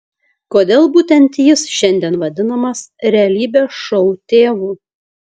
kodėl būtent jis šiandien vadinamas realybės šou tėvu